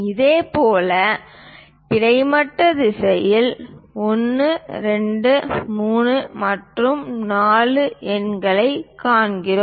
இதேபோல் கிடைமட்ட திசையில் 1 2 3 மற்றும் 4 எண்களைக் காண்கிறோம்